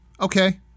Okay